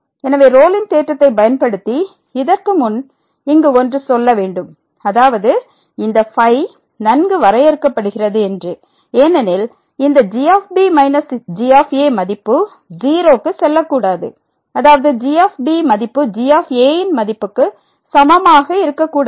எனவே ரோலின் தேற்றத்தைப் பயன்படுத்தி அதற்கு முன் இங்கு ஒன்று சொல்ல வேண்டும் அதாவது இந்த φ நன்கு வரையறுக்கப்படுகிறது என்று ஏனெனில் இந்த g b g மதிப்பு0 க்கு செல்லக்கூடாது அதாவது g மதிப்புg ன் மதிப்புக்கு சமமாக இருக்கக்கூடாது